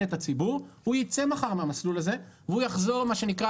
את הציבור הוא ייצא מחר מהמסלול הזה ויחזור מה שנקרא